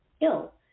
ill